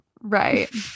right